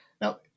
now